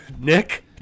Nick